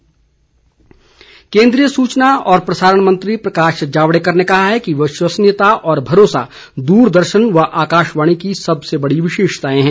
जावड़ेकर केन्द्रीय सूचना और प्रसारण मंत्री प्रकाश जावड़ेकर ने कहा है कि विश्वसनीयता और भरोसा दूरदर्शन तथा आकाशवाणी की सबसे बड़ी विशेषताएं हैं